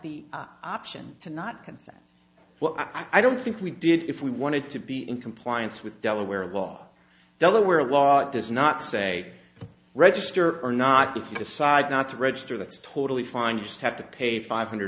the option to not consent i don't think we did if we wanted to be in compliance with delaware law delaware law at this not say register or not if you decide not to register that's totally fine you just have to pay five hundred